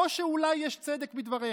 או שאולי יש צדק בדבריך.